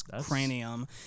cranium